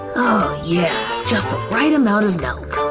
oh yeah, just the right amount of milk.